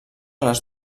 les